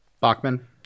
Bachman